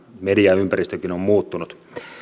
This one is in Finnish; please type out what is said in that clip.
mediaympäristökin on muuttunut